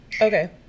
Okay